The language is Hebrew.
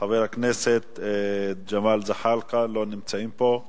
חבר הכנסת ג'מאל זחאלקה, לא נמצאים פה.